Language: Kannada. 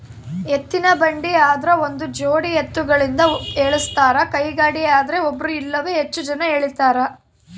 ಎತ್ತಿನಬಂಡಿ ಆದ್ರ ಒಂದುಜೋಡಿ ಎತ್ತುಗಳಿಂದ ಎಳಸ್ತಾರ ಕೈಗಾಡಿಯದ್ರೆ ಒಬ್ರು ಇಲ್ಲವೇ ಹೆಚ್ಚು ಜನ ಎಳೀತಾರ